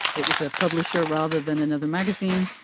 it was a publisher rather than another magazine.